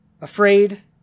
afraid